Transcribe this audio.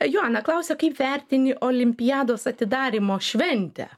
joana klausia kaip vertini olimpiados atidarymo šventę